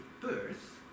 birth